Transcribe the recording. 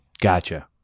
Gotcha